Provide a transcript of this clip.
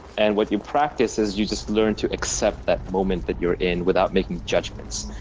and what you practice is you just learn to accept that moment that you're in without making judgments.